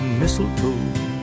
mistletoe